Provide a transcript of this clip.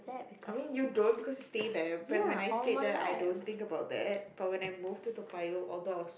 I mean you don't because you stay there but when I stayed there I don't think about that but when I moved to Toa-Payoh although I was